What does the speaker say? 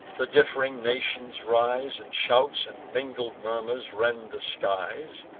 the diff'ring nations rise, and shouts and mingled murmurs rend the skies,